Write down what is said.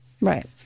Right